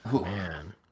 Man